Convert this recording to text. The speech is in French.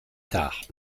tard